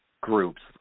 groups